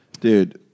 Dude